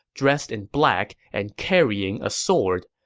dressed in black, and carrying sword.